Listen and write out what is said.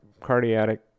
cardiac